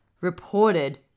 reported